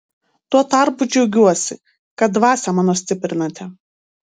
tuo tarpu džiaugiuosi kad dvasią mano stiprinate